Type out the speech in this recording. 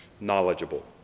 knowledgeable